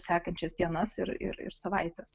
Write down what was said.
sekančias dienas ir ir ir savaites